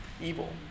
Evil